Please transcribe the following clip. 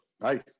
nice